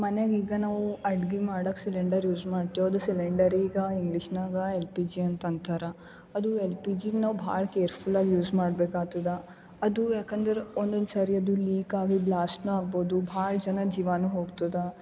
ಮನೆಗೆ ಈಗ ನಾವೂ ಅಡಿಗೆ ಮಾಡೋಕ್ ಸಿಲಿಂಡರ್ ಯೂಸ್ ಮಾಡ್ತೀವಿ ಅದು ಸಿಲಿಂಡರ್ ಈಗ ಇಂಗ್ಲೀಷ್ನಾಗ ಎಲ್ ಪಿ ಜಿ ಅಂತ ಅಂತಾರೆ ಅದು ಲ್ ಪಿ ಜಿಗ್ ನಾವು ಭಾಳ ಕೇರ್ಫುಲಾಗಿ ಯೂಸ್ ಮಾಡ್ಬೇಕಾಗ್ತದೆ ಅದು ಯಾಕಂದ್ರೆ ಒಂದೊಂದು ಸಾರಿ ಅದು ಲೀಕ್ ಆಗಿ ಬ್ಲಾಸ್ಟ್ನ ಆಗ್ಬೌದು ಭಾಳ ಜನ ಜೀವನು ಹೋಗ್ತದೆ